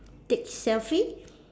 take selfie